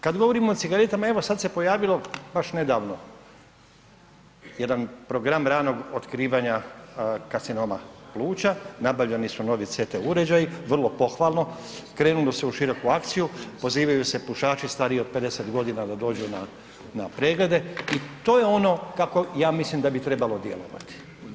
Kad govorimo o cigaretama, evo sad se pojavilo baš nedavno jedan program ranog otkrivanja karcinoma pluća, nabavljeni su novi CT uređaji, vrlo pohvalno, krenulo se u široku akciju, pozivaju se pušači stariji od 50 g. da dođu na preglede i to je ono kako ja mislim da bi trebalo djelovati.